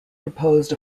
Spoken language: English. proposed